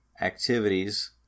activities